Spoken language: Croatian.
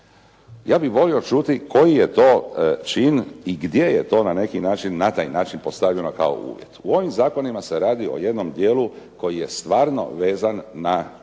Ja bih volio čuti koji je to čin i gdje je to na taj način postavljeno kao uvjet. U ovim zakonima se radi o jednom dijelu koji je stvarno vezan na